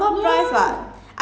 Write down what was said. ya